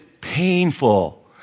painful